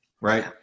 right